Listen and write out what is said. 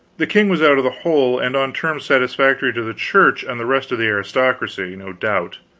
the king was out of the hole and on terms satisfactory to the church and the rest of the aristocracy, no doubt.